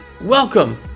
welcome